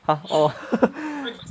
!huh! orh